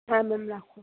হ্যাঁ ম্যাম রাখো